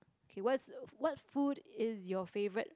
okay what's what food is your favourite